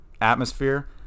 atmosphere